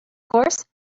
course